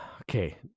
Okay